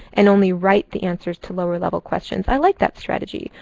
and only write the answers to lower level questions. i like that strategy.